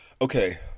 Okay